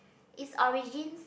its origins